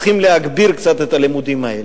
צריך להגביר קצת את הלימודים האלה.